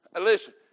listen